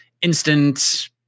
instant